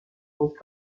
was